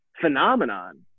phenomenon